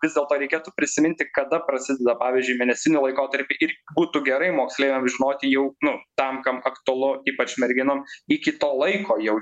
vis dėlto reikėtų prisiminti kada prasideda pavyzdžiui mėnesinių laikotarpį ir būtų gerai moksleiviam žinoti jau nu tam kam aktualu ypač merginom iki to laiko jau